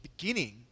beginning